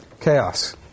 chaos